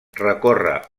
recorre